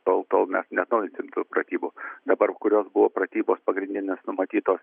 tol tol mes neatnaujinsim tų pratybų dabar kurios buvo pratybos pagrindinės numatytos